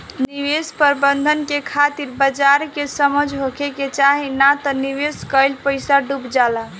निवेश प्रबंधन के खातिर बाजार के समझ होखे के चाही नात निवेश कईल पईसा डुब जाला